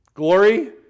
Glory